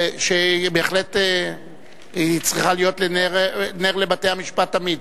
שבהחלט צריכה להיות נר לבתי-המשפט תמיד.